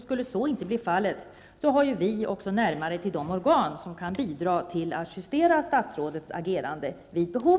Skulle så inte vara fallet har ju vi också närmare till de organ som kan bidra till att justera statsrådets agerande vid behov.